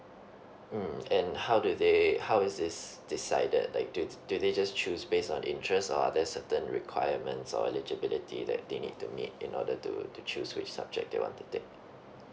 mm and how do they how is this decided like do they just choose based on interest or are there certain requirements or eligibility that they need to meet in order to to choose which subject they want to take